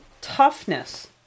toughness